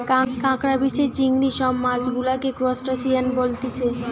কাঁকড়া, বিছে, চিংড়ি সব মাছ গুলাকে ত্রুসটাসিয়ান বলতিছে